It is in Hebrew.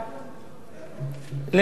למנהלת המיתולוגית